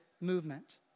movement